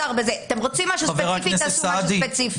אתם רוצים משהו ספציפי, תעשו משהו ספציפי.